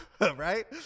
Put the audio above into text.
right